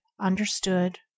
understood